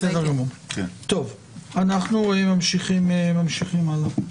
אנחנו ממשיכים הלאה.